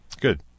Good